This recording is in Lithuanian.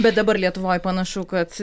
bet dabar lietuvoj panašu kad